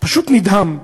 פשוט נדהם.